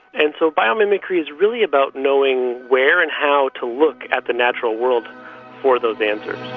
and so biomimicry is really about knowing where and how to look at the natural world for those answers.